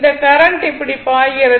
இந்த கரண்ட் இப்படி பாய்கிறது